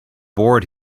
board